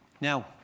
Now